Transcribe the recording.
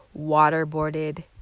waterboarded